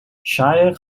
shire